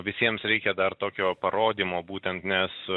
visiems reikia dar tokio parodymo būtent nes